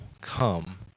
come